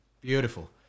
Beautiful